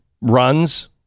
runs